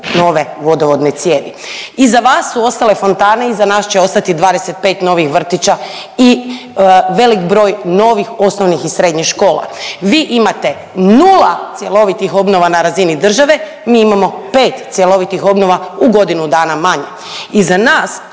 nove vodovodne cijevi. Iza vas su ostale fontane, iza nas će ostati 25 novih vrtića i velik broj novih osnovnih i srednjih škola. Vi imate 0 cjelovitih obnova na razini države, mi imamo 5 cjelovitih obnova u godinu dana manje. Iza nas